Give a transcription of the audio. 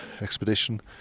expedition